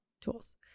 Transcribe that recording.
tools